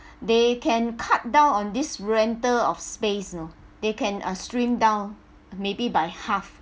they can cut down on this rental of space you know they can uh stream down maybe by half